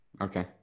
Okay